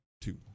Two